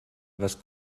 was